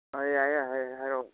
ꯌꯥꯏꯑꯦ ꯌꯥꯏꯑꯦ ꯍꯥꯏꯔꯛꯑꯣ